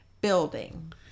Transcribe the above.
building